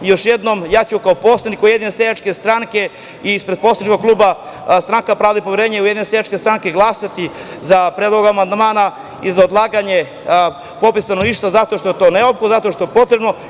Još jednom, ja ću kao poslanik Ujedinjene seljačke stranke i ispred poslaničkog kluba Stranka pravde i pomirenja-Ujedinjena seljačka stranka glasati za predlog amandmana i za odlaganje popisa stanovništva, zato što je to neophodno, zato što je to potrebno.